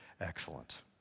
excellent